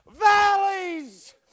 valleys